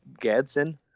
Gadsden